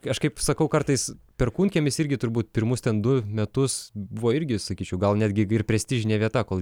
aš kaip sakau kartais perkūnkiemis irgi turbūt pirmus ten du metus buvo irgi sakyčiau gal netgi ir prestižinė vieta kol